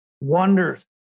wonders